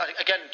again